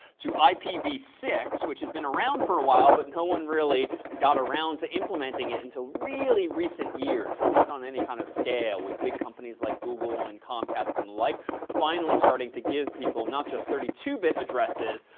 to i p v six. which has been around for a while, but and no one really got around to implementing it until really recent years. at least on any kind of scale, with big companies like google and comcast and the like finally starting to give people not just thirty two bit addresses,